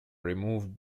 removed